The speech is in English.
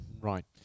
Right